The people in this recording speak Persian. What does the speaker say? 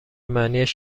معنیاش